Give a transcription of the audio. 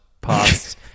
past